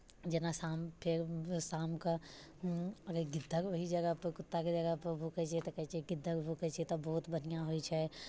जेना शाम फेर शामके गीदड़ ओही जगहपर कुत्ताके जगहपर भूकै छै तऽ कहै छै गीदड़ भूकै छै तऽ बहुत बढ़िआँ होइ छै